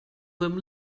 them